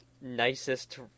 Nicest